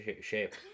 shape